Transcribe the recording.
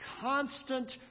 constant